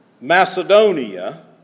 Macedonia